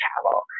travel